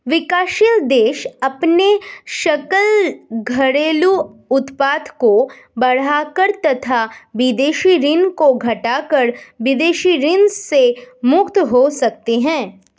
विकासशील देश अपने सकल घरेलू उत्पाद को बढ़ाकर तथा विदेशी ऋण को घटाकर विदेशी ऋण से मुक्त हो सकते हैं